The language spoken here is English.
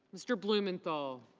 mr. blumenthal.